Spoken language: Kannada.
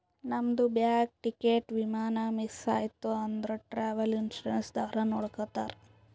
ನಮ್ದು ಬ್ಯಾಗ್, ಟಿಕೇಟ್, ವಿಮಾನ ಮಿಸ್ ಐಯ್ತ ಅಂದುರ್ ಟ್ರಾವೆಲ್ ಇನ್ಸೂರೆನ್ಸ್ ದವ್ರೆ ನೋಡ್ಕೊತ್ತಾರ್